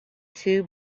two